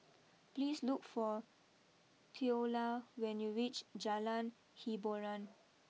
please look for Theola when you reach Jalan Hiboran